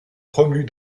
promues